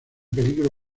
peligro